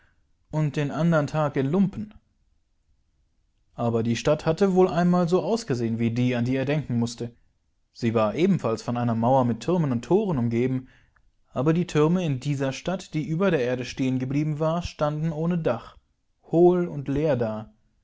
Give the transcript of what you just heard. und köstlichem leinen gekleidetsieht unddenanderntaginlumpen aber die stadt hatte wohl einmal so ausgesehen wie die an die er denken mußte sie war ebenfalls von einer mauer mit türmen und toren umgeben aber die türme in dieser stadt die über der erde stehen geblieben war standenohnedach hohlundleerda dietorewarenohnetürflügel